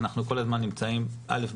אנחנו כל הזמן נמצאים באכיפה,